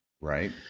right